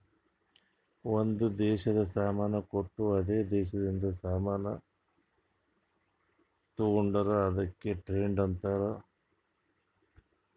ಒಂದ್ ದೇಶದು ಸಾಮಾನ್ ಕೊಟ್ಟು ಅದೇ ದೇಶದಿಂದ ಸಾಮಾನ್ ತೊಂಡುರ್ ಅದುಕ್ಕ ಟ್ರೇಡ್ ಅಂತಾರ್